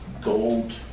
gold